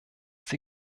sie